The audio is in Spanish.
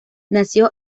nació